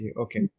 okay